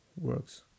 works